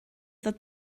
ddod